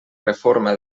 reforma